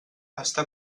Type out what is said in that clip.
està